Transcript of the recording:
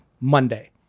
Monday